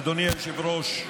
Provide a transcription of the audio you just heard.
אדוני היושב-ראש,